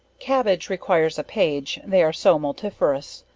cabbage, requires a page, they are so multifarious.